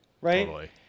right